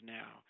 now